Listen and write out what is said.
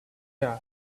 die